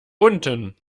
unten